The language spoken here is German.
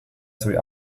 sowie